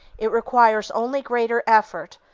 it requires only greater effort,